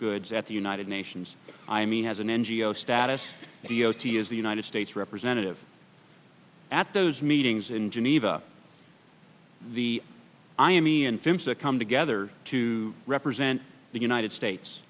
goods at the united nations i mean as an ngo status d o t is the united states representative at those meetings in geneva the i am me and films that come together to represent the united states